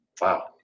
Wow